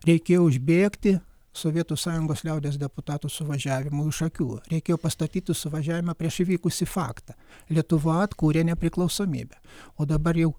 reikėjo užbėgti sovietų sąjungos liaudies deputatų suvažiavimui už akių reikėjo pastatyti suvažiavimą prieš įvykusį faktą lietuva atkūrė nepriklausomybę o dabar jau